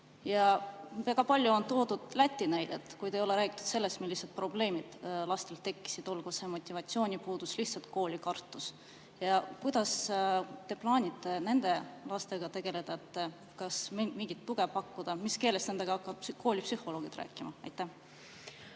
Väga palju on toodud Läti näidet, kuid ei ole räägitud sellest, millised probleemid seal lastel tekkisid – olgu see motivatsioonipuudus või lihtsalt koolikartus. Kuidas te plaanite nende lastega tegeleda? Kas mingit tuge pakkuda? Mis keeles nendega hakkavad koolipsühholoogid rääkima? Aitäh,